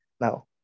Now